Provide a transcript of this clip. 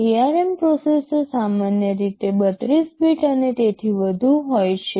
ARM processor સામાન્ય રીતે 32 bit અને તેથી વધુ હોય છે